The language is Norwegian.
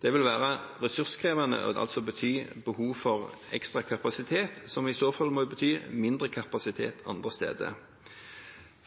Det vil være ressurskrevende og bety behov for ekstra kapasitet, som i så fall må bety mindre kapasitet andre steder.